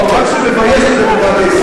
מה שמבייש את הדמוקרטיה